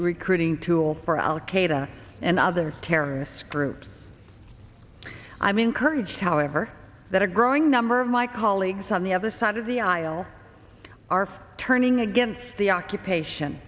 recruiting tool for al qaeda and other terrorists groups i'm encouraged however that a growing number of my colleagues on the other side of the aisle are turning against the occupation